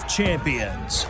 Champions